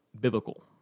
biblical